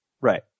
Right